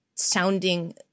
sounding